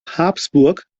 habsburg